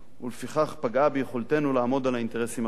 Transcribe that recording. ולפיכך פגעה ביכולתנו לעמוד על האינטרסים החיוניים לנו.